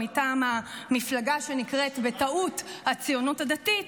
מטעם המפלגה שנקראת בטעות הציונות הדתית,